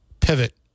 pivot